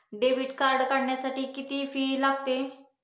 Debit card काढण्यासाठी किती fee लागते?